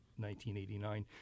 1989